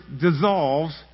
dissolves